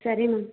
ಸರಿ ಮ್ಯಾಮ್